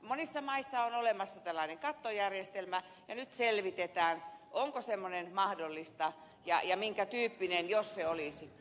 monissa maissa on olemassa tällainen kattojärjestelmä ja nyt selvitetään onko semmoinen mahdollista ja minkä tyyppinen jos se olisi